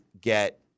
get